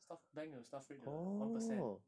staff bank 有 staff rate 的 one percent